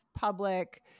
public